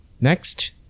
next